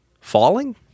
Falling